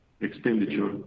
expenditure